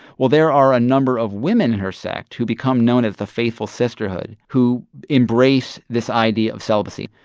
well, there are a number of women in her sect who become known as the faithful sisterhood, who embrace this idea of celibacy.